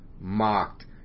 mocked